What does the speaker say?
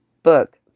Book